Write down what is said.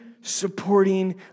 supporting